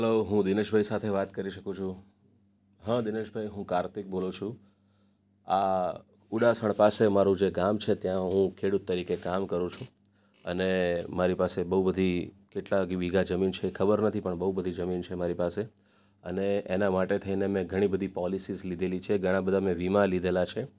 hello હું દિનેશભાઈ સાથે વાત કરી શકું છું હા દિનેશભાઈ હું કાર્તિક બોલું છું આ ઉડાસણ પાસે મારું જે ગામ છે ત્યાં હું ખેડૂત તરીકે કામ કરું છું અને મારી પાસે બહુ બધી કેટલાક વીઘા જમીન છે ખબર નથી પણ બહુ બધી જમીન છે મારી પાસે અને એના માટે થઈને મેં ઘણી બધી પોલિસીસ લીધેલી છે ઘણા બધા મેં વીમા લીધેલા છે